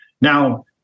Now